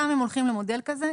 גם אם הולכים למודל כזה,